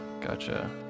Gotcha